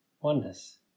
oneness